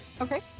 Okay